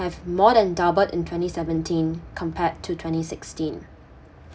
have more than doubled in twenty seventeen compared to twenty sixteen